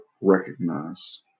recognized